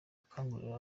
akangurira